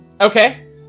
Okay